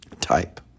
type